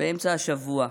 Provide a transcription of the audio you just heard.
באמצע השבוע,